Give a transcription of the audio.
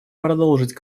продолжить